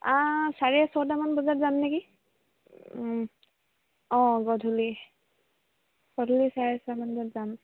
চাৰে ছটামান বজাত যাম নেকি অঁ গধূলি গধূলি চাৰে ছয়মান বজাত যাম